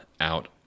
out